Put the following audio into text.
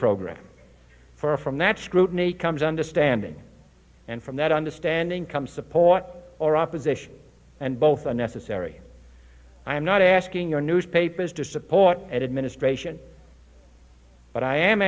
program for from that scrutiny comes understanding and from that understanding comes support or opposition and both are necessary i'm not asking your newspapers to support administration but i am